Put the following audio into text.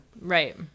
Right